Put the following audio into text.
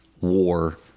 war